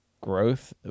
growth